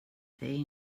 they